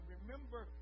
Remember